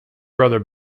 brother